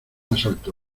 asalto